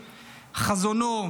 חזונו,